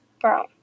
Brown